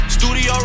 Studio